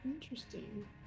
interesting